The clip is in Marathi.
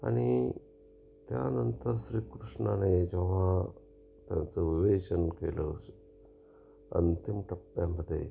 आणि त्यानंतर श्रीकृष्णाने जेव्हा त्यांचं विवेचन केलं अंतिम टप्प्यांमध्ये